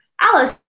Alice